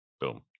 Boom